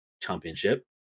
championship